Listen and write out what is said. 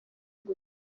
gusa